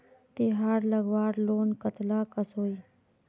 तेहार लगवार लोन कतला कसोही?